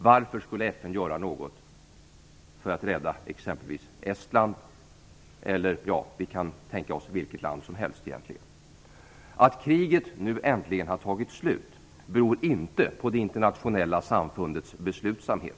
Varför skulle FN göra något för att rädda exempelvis Estland eller vilket annat land som helst? Att kriget nu äntligen har tagit slut beror inte på det internationella samfundets beslutsamhet.